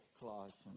Colossians